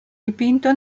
dipinto